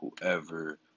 whoever